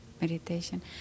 meditation